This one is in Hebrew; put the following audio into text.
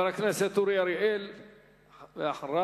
חבר